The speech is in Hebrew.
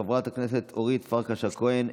חברת הכנסת אורית פרקש הכהן,